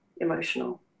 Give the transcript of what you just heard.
emotional